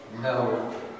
No